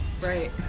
Right